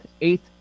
eighth